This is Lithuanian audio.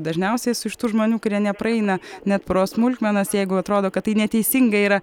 dažniausiai esu iš tų žmonių kurie nepraeina net pro smulkmenas jeigu atrodo kad tai neteisinga yra